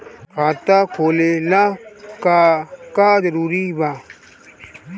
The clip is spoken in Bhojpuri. खाता खोले ला का का जरूरी बा?